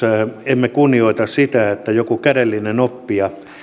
emme kunnioita sitä että joku kädellinen oppija